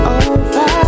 over